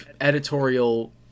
editorial